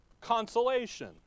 consolation